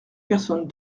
personnes